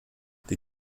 die